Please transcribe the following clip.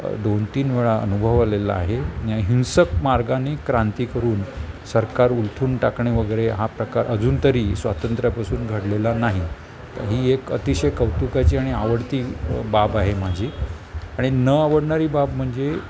दोन तीन वेळा अनुभव आलेला आहे हिंसक मार्गाने क्रांती करून सरकार उलथून टाकणे वगैरे हा प्रकार अजून तरी स्वातंत्र्यापासून घडलेला नाही ही एक अतिशय कौतुकाची आणि आवडती बाब आहे माझी आणि न आवडणारी बाब म्हणजे